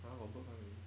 ha got bird come in